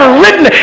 written